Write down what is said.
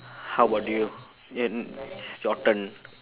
how about you um it's your turn